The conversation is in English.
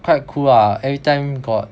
quite cool lah every time got